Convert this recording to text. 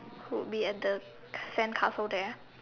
who would be at the sandcastle there